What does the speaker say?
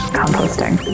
composting